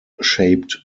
shaped